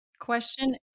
Question